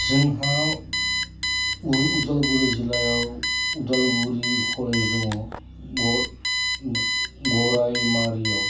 जोंहा उदालगुरि जिल्लायाव उदालगुरि कलेज दङ गरायमारियाव